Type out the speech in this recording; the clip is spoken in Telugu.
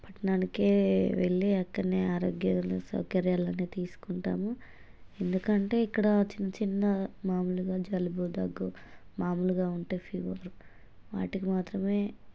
పట్టణానికే వెళ్ళి అక్కడనే ఆరోగ్య సౌకర్యాలన్నీ తీసుకుంటాము ఎందుకంటే ఇక్కడ చిన్న చిన్న మామూలుగా జలుబు దగ్గు మాములుగా ఉంటే ఫీవర్ వాటికి మాత్రమే